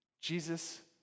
Jesus